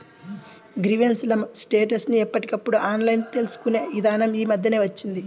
grievance ల status ని ఎప్పటికప్పుడు ఆన్లైన్ తెలుసుకునే ఇదానం యీ మద్దెనే వచ్చింది